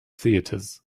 theatres